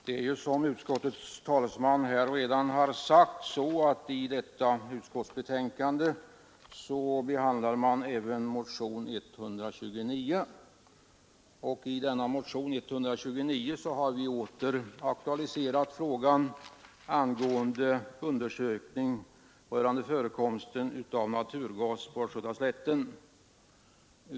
Fru talman! Såsom utskottets talesman redan har sagt behandlas i detta betänkande även motionen 129, i vilken vi åter aktualiserat en undersökning rörande förekomsten av naturgas på Östgötaslätten.